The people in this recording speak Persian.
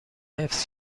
حفظ